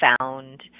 found